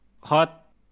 hot